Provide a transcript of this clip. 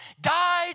died